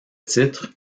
titre